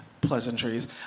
pleasantries